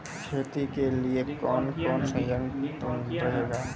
खेती के लिए कौन कौन संयंत्र सही रहेगा?